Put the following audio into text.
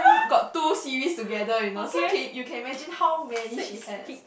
got two series together you know so can you can imagine how many she had